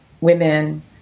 women